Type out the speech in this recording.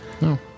No